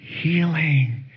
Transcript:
healing